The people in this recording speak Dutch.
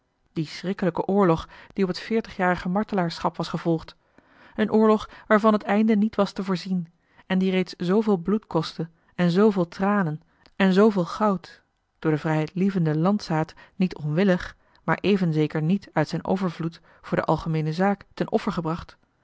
dien schrikkelijken oorlog die op het veertigjarige martelaarschap was gevolgd een oorlog waarvan het einde niet was te voorzien en die reeds zooveel bloed kostte en zooveel tranen en zooveel goud door den vrijheidlievenden landzaat niet onwillig maar even zeker niet uit zijn overvloed voor de algemeene zaak ten